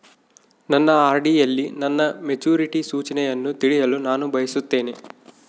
ನನ್ನ ಆರ್.ಡಿ ಯಲ್ಲಿ ನನ್ನ ಮೆಚುರಿಟಿ ಸೂಚನೆಯನ್ನು ತಿಳಿಯಲು ನಾನು ಬಯಸುತ್ತೇನೆ